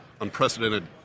unprecedented